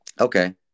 Okay